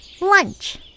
Lunch